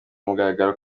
mugaragaro